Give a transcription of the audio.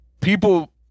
people